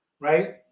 Right